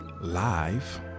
live